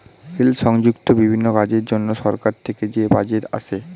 rail সংযুক্ত বিভিন্ন কাজের জন্য সরকার থেকে যে বাজেট আসে